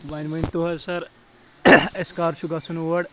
ونۍ ؤنۍ تو حظ سَر اَسہِ کر چھُ گژھُن اور